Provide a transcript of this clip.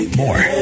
more